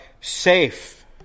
safe